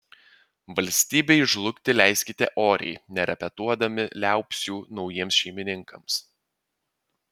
valstybei žlugti leiskite oriai nerepetuodami liaupsių naujiems šeimininkams